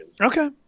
Okay